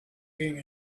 being